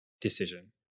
decision